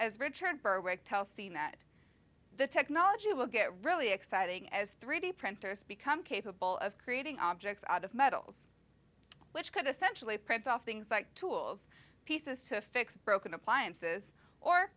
as richard burr tell seem that the technology will get really exciting as three d printers become capable of creating objects out of metals which could essentially print off things like tools pieces to fix broken appliances or